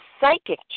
psychic